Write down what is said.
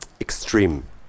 extreme